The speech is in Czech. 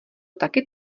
taky